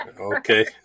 Okay